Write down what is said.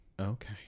okay